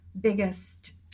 biggest